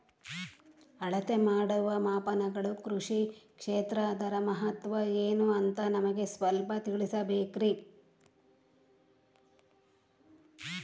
ಅಳತೆ ಮಾಡುವ ಮಾಪನಗಳು ಕೃಷಿ ಕ್ಷೇತ್ರ ಅದರ ಮಹತ್ವ ಏನು ಅಂತ ನಮಗೆ ಸ್ವಲ್ಪ ತಿಳಿಸಬೇಕ್ರಿ?